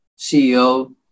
CEO